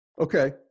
Okay